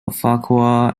farquhar